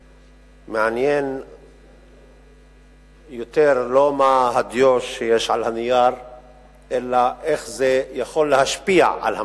מעניין יותר לא מה הדיו שיש על הנייר אלא איך זה יכול להשפיע על המצב.